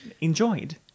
enjoyed